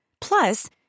Plus